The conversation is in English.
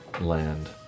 Land